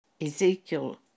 Ezekiel